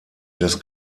des